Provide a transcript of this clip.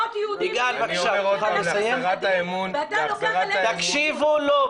אני אומר עוד פעם בהחזרת האמון -- תקשיבו לו,